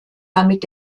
damit